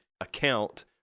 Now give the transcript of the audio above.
account